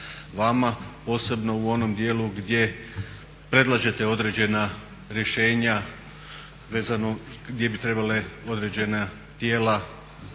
vama, posebno u onom dijelu gdje predlažete određena rješenja vezano gdje bi trebala određena tijela